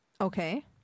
Okay